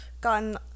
gotten